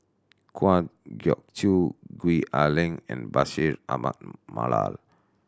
Kwa Geok Choo Gwee Ah Leng and Bashir Ahmad Mallal